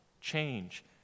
change